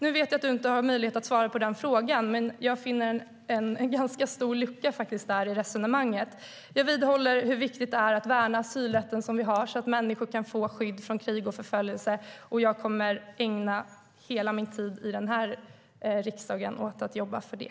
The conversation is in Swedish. Nu vet jag att du inte har möjlighet att svara på mina frågor. Men jag finner en ganska stor lucka i resonemanget. Jag vidhåller hur viktigt det är att värna asylrätten som vi har så att människor kan få skydd från krig och förföljelse. Jag kommer att ägna hela min tid här i riksdagen åt att jobba för det.